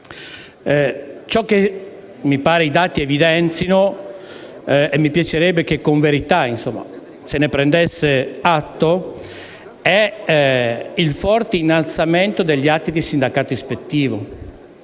Ciò che mi pare i dati evidenzino - e mi piacerebbe che, con verità, se ne prendesse atto - è il forte innalzamento degli atti di sindacato ispettivo.